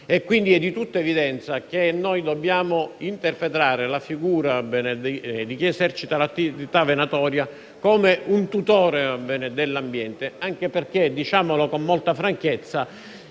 È quindi di tutta evidenza il fatto che dobbiamo interpretare la figura di chi esercita l'attività venatoria come un tutore dell'ambiente, anche perché - diciamolo con molta franchezza